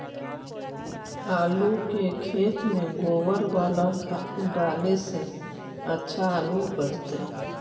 आलु के खेत में गोबर बाला खाद डाले से अच्छा आलु उपजतै?